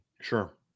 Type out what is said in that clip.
Sure